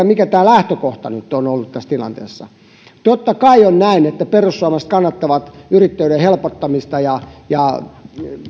mikä tämä lähtökohta on ollut tässä tilanteessa totta kai on näin että perussuomalaiset kannattavat yrittäjyyden helpottamista ja ja